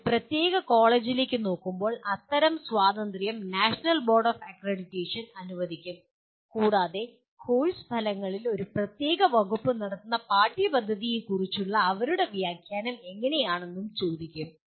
ഒരു പ്രത്യേക കോളേജിലേക്ക് നോക്കുമ്പോൾ അത്തരം സ്വാതന്ത്ര്യം നാഷണൽ ബോർഡ് ഓഫ് അക്രഡിറ്റേഷൻ അനുവദിക്കും കൂടാതെ കോഴ്സ് ഫലങ്ങളിൽ ഒരു പ്രത്യേക വകുപ്പ് നടത്തുന്ന പാഠ്യപദ്ധതിയെക്കുറിച്ചുള്ള അവരുടെ വ്യാഖ്യാനം എങ്ങനെയാണെന്നും ചോദിക്കും